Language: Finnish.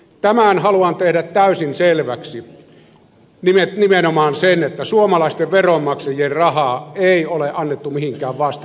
tämän haluan tehdä täysin selväksi nimenomaan sen että suomalaisten veronmaksajien rahaa ei ole annettu mihinkään vastikkeettomasti